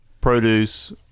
produce